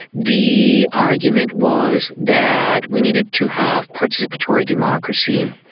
the argument was that we needed to have participatory democracy.